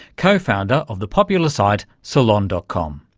co-founder of the popular site salon. and com.